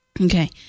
Okay